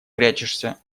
прячешься